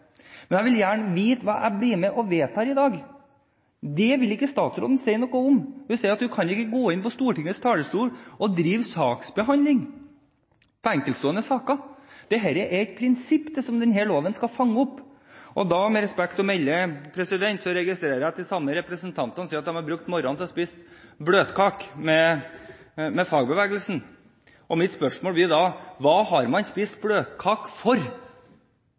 vil ikke statsråden si noe om. Hun sier at hun ikke kan drive saksbehandling i enkeltstående saker fra Stortingets talerstol. Dette er et prinsipp som denne loven skal fange opp, og jeg registrerer – med respekt å melde – at de samme representantene sier at de har brukt morgenen til å spise bløtkake med fagbevegelsen. Mitt spørsmål blir da: Hva har man spist bløtkake for?